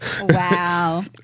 Wow